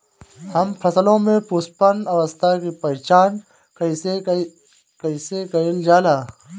हम फसलों में पुष्पन अवस्था की पहचान कईसे कईल जाला?